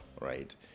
right